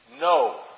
No